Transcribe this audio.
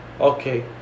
Okay